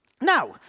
Now